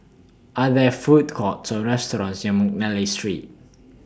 Are There Food Courts Or restaurants near Mcnally Street